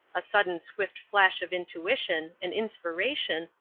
a sudden swift flash of intuition, an inspiration,